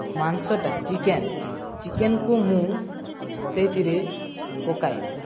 ମାଂସଟା ଚିକେନ୍ ଚିକେନ୍କୁ ମୁଁ ସେଇଥିରେ ପକାଇଲି